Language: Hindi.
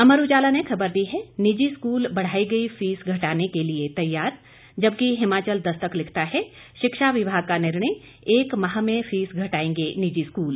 अमर उजाला ने खबर दी है निजी स्कूल बढ़ाई गई फीस घटाने के लिए तैयार जबकि हिमाचल दस्तक लिखता है शिक्षा विभाग का निर्णय एक माह में फीस घटाएंगे निजी स्कूल